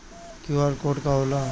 QR code का होला?